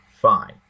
fine